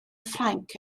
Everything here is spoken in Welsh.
ffrainc